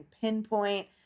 pinpoint